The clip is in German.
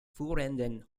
führenden